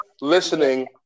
listening